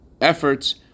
Efforts